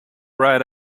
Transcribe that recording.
right